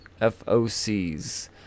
FOCs